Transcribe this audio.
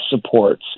supports